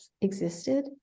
existed